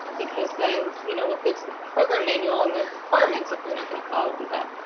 because then you know what good is the program manual and the requirements if you're not going to follow um but